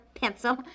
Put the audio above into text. pencil